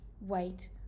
wait